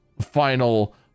final